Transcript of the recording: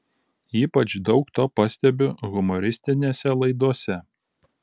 ypač daug to pastebiu humoristinėse laidose